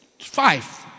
five